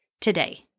today